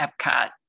Epcot